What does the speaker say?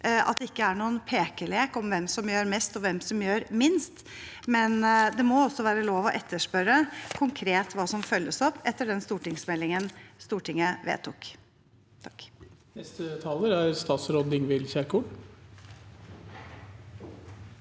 at det ikke er noen pekelek om hvem som gjør mest, og hvem som gjør minst. Det må likevel være lov å etterspørre konkret hva som følges opp, etter den stortingsmeldingen Stortinget vedtok. Statsråd Ingvild Kjerkol